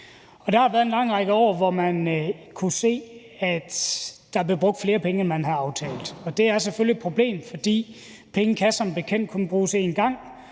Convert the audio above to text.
Der har været en lang række år, hvor man kunne se, at der blev brugt flere penge, end man havde aftalt. Det er selvfølgelig et problem, fordi penge som bekendt kun kan bruges en gang,